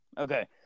okay